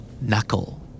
Knuckle